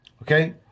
Okay